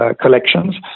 collections